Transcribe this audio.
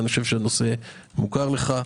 אני חושב שהנושא מוכר לך.